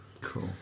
Cool